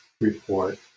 report